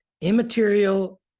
immaterial